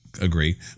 Agree